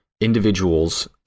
individuals